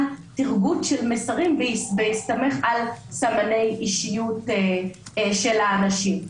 טרגוט של מסרים בהסתמך על סמני אישיות של האנשים.